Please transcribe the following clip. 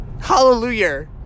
Hallelujah